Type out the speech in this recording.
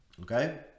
okay